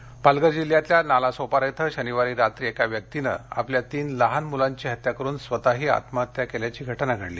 आत्महत्या पालघर जिल्ह्यातल्या नालासोपारा इथं शनिवारी रात्री एका व्यक्तीनं आपल्या तीन लहान मुलांची हत्या करून स्वतःही आत्महत्या केल्याची घटना घडली